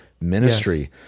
ministry